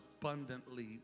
abundantly